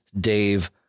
Dave